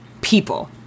people